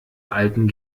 alten